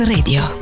Radio